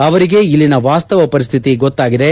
ಅವರಿಗೆ ಇಲ್ಲಿನ ವಾಸ್ತವ ಪರಿಸ್ಥಿತಿ ಗೊತ್ತಾಗಿದೆ